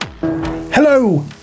Hello